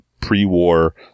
pre-war